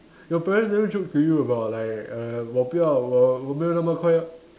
your parents never joke to you about like err 我不要我我不要那么快